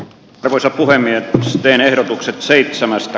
arvoisa puhemies teen ehdotuksen seitsemästä